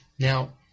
Now